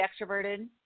extroverted